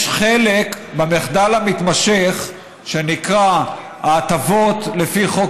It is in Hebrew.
יש חלק במחדל המתמשך שנקרא ההטבות לפי חוק